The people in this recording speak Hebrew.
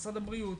משרד הבריאות,